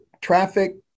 traffic